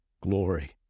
glory